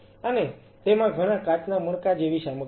અને તેમાં ઘણાં કાચના મણકા જેવી સામગ્રી છે